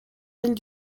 villes